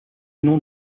nom